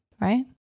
right